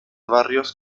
barrios